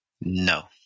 No